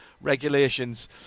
regulations